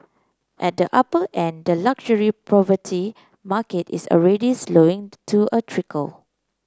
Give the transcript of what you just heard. at the upper end the luxury property market is already slowing to a trickle